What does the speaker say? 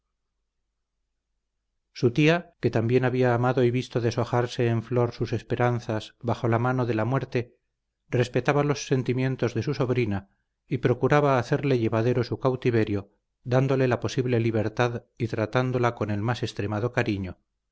su tía que también había amado y visto deshojarse en flor sus esperanzas bajo la mano de la muerte respetaba los sentimientos de su sobrina y procuraba hacerle llevadero su cautiverio dándole la posible libertad y tratándola con el más extremado cariño